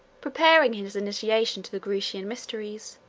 preparing his initiation to the grecian mysteries,